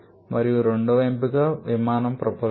మరియు రెండవ ఎంపిక విమానం ప్రొపల్షన్